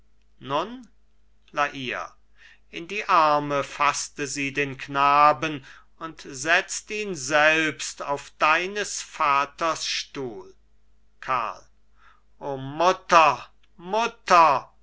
la hire in die arme faßte sie den knaben und setzt ihn selbst auf deines vaters stuhl karl o mutter mutter